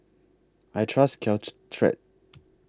I Trust